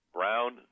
Brown